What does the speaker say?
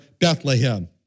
Bethlehem